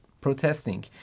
protesting